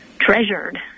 Treasured